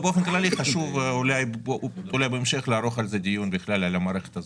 באופן כללי, חשוב לקיים דיון על המערכת הזאת.